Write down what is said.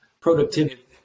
productivity